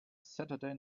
saturday